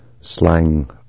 slang